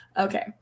Okay